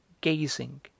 gazing